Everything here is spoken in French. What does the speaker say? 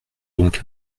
donc